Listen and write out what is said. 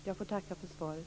Jag får tacka för svaret.